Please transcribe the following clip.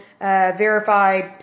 verified